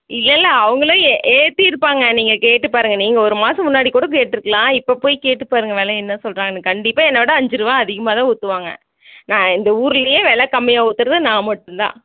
இல்லை இல்லை அவங்களும் ஏற்றிருப்பாங்க நீங்கள் கேட்டு பாருங்கள் நீங்கள் ஒரு மாதம் முன்னாடி கூட கேற்றுக்குலாம் இப்போ போய் கேட்டுப்பாருங்கள் விலை என்ன சொல்றாங்கன்னு கண்டிப்பாக என்ன விட அஞ்சு ரூவா அதிகமாக தான் ஊற்றுவாங்க நான் இந்த ஊர்லையே வில கம்மியாக ஊற்றுறது நான் மட்டும் தான்